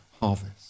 harvest